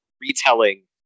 retelling